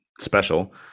special